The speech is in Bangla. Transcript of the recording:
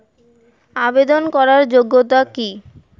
আবেদন করার যোগ্যতা কি?